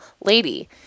lady